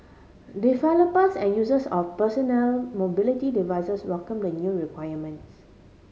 developers and users of personal mobility devices welcome the new requirement